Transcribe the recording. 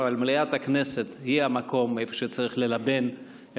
אבל מליאת הכנסת היא המקום שצריך ללבן את